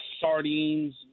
sardines